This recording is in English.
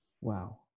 Wow